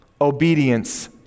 obedience